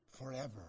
forever